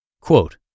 Quote